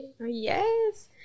Yes